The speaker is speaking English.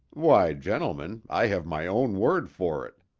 why, gentlemen, i have my own word for it.